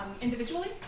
Individually